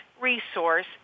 resource